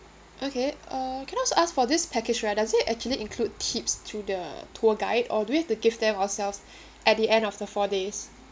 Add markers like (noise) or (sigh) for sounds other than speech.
okay uh can I also ask for this package right does it actually include tips to the tour guide or do we have to give them ourselves (breath) at the end of the four days